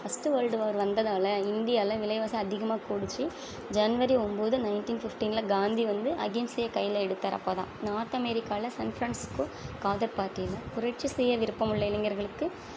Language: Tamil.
ஃபஸ்ட்டு வேர்ல்டு வார் வந்ததால் இந்தியாவில விலைவாசி அதிகமாக கூடிச்சு ஜன்வரி ஒம்பது நைன்ட்டீன் ஃபிஃப்டீன்ல காந்தி வந்து அகிம்சையைக் கையில எடுத்தார் அப்போ தான் நார்த் அமெரிக்காவில சன்ஃப்ரான்ஸிஸ்கோ காதர் பார்ட்டியில புரட்சி செய்ய விருப்பமுள்ள இளைஞர்களுக்கு